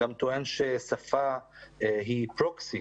טוען ששפה היא proxy,